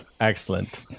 Excellent